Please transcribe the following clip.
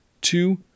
two